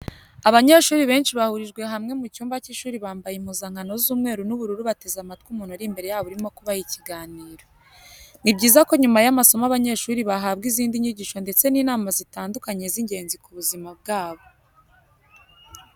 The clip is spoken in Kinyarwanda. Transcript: Abanyeshuri benshi bahurijwe hamwe mu cyumba cy'ishuri bambaye impuzankano z'umweru n'ubururu bateze amatwi umuntu uri imbere yabo urimo kubaha ikiganiro. Ni byiza ko nyuma y'amasomo abanyeshuri bahabwa izindi nyigisho ndetse n'inama zitandukanye z'ingenzi mu buzima bwabo.